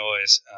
noise